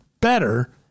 better